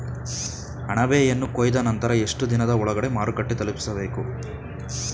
ಅಣಬೆಯನ್ನು ಕೊಯ್ದ ನಂತರ ಎಷ್ಟುದಿನದ ಒಳಗಡೆ ಮಾರುಕಟ್ಟೆ ತಲುಪಿಸಬೇಕು?